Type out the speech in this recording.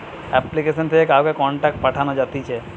application থেকে কাউকে contact পাঠানো যাতিছে